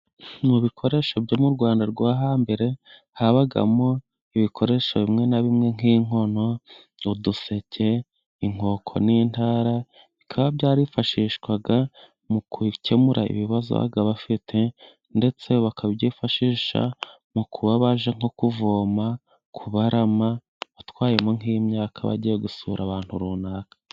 Mu bikoresho byo mu Rwanda rwo hambere habagamo ibikoresho bimwe na bimwe nk'inkono, uduseke, inkoko n'intara. Bikaba byarifashishwaga mu gukemura ibibazo baba bafite, ndetse bakabyifashisha mu kuba baje nko kuvoma, kubarama batwayemo nk'imyaka, bagiye gusura abantu runaka.